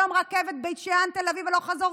היום רכבת בית שאן תל אביב הלוך חזור,